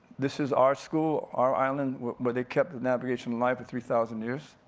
this is our school, our island, where they kept the navigation alive for three thousand years.